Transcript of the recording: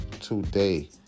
today